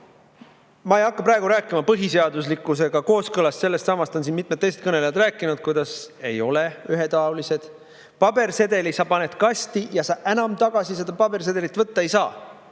Ma ei hakka praegu rääkima põhiseadusega kooskõlas [olemisest]. Sellest on siin mitmed teised kõnelejad rääkinud, kuidas [valimised] ei ole ühetaolised. Pabersedeli sa paned kasti ja sa enam tagasi seda pabersedelit võtta ei saa,